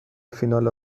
فینال